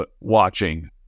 watching